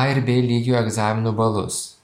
a ir b lygio egzaminų balus